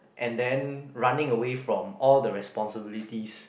and then running away from all the responsibilities